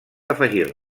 afegir